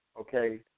okay